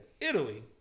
Italy